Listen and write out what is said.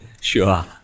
sure